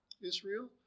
Israel